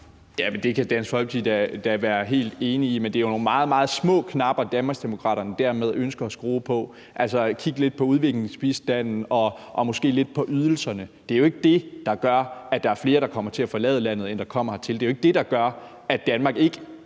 Det kan Dansk Folkeparti da være helt enig i, men det er jo nogle meget, meget små knapper, Danmarksdemokraterne dermed ønsker at skrue på. Altså, at kigge lidt på udviklingsbistanden og måske lidt på ydelserne er jo ikke det, der gør, at der er flere, der kommer til at forlade landet, end der kommer hertil. Det er jo ikke det, der gør, at Danmark ikke